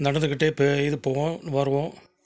நடந்துக்கிட்டே இப்போ இது போவோம் வருவோம்